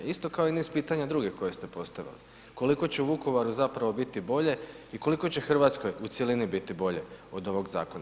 Isto kao i niz pitanja drugih koje ste postavili, koliko će Vukovaru zapravo biti bolje i koliko će Hrvatskoj u cjelini biti bolje od ovog zakona.